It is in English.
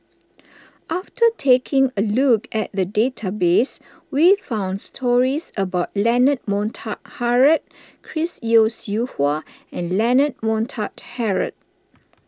after taking a look at the database we found stories about Leonard Montague Harrod Chris Yeo Siew Hua and Leonard Montague Harrod